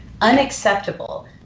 unacceptable